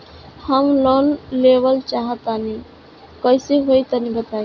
हम लोन लेवल चाह तनि कइसे होई तानि बताईं?